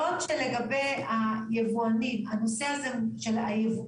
בעוד שלגבי הנושא של היבואנים,